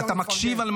אתה מקשיב?